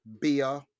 Beer